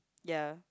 ya